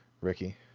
Ricky